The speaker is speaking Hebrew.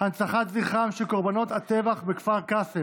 הנצחת זכרם של קורבנות הטבח בכפר קאסם,